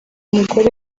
muturage